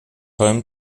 home